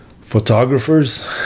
Photographers